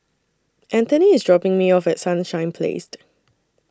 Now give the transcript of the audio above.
Antony IS dropping Me off At Sunshine Place